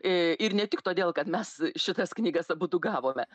ir ne tik todėl kad mes šitas knygas abudu gavome